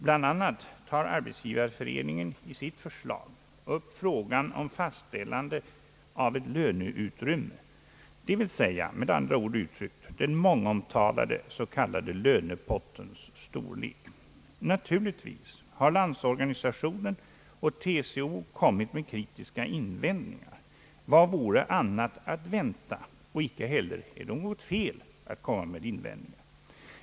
Bl.a. tar Arbetsgivareföreningen i sitt förslag upp frågan om fastställande av ett löneutrymme, d.v.s. med andra ord den mångomtalade s.k. lönepottens storlek. Naturligtvis har LO och TCO kommit med kritiska invändningar — vad vore annat att vänta? Icke heller är det något fel av dem att komma med invändningar.